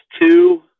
two